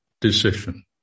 decision